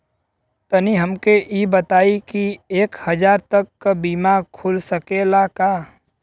तनि हमके इ बताईं की एक हजार तक क बीमा खुल सकेला का?